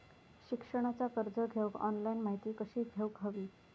शिक्षणाचा कर्ज घेऊक ऑनलाइन माहिती कशी घेऊक हवी?